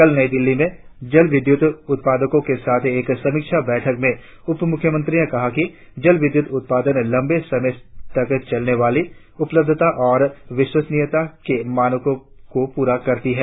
कल नई दिल्ली में जल विद्युत उत्पादकों के साथ एक समीक्षा बैठक में उपमुख्यमंत्री ने कहा कि जल विद्यूत उत्पादन लंबे समय तक चलने वाली उपलब्धता और विश्वसनीयता के मानकों को पूरा करती है